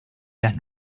las